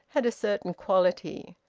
had a certain quality,